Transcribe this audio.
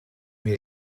mir